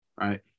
Right